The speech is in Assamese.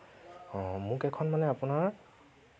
অ মোক এখন মানে আপোনাৰ